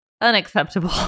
unacceptable